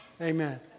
Amen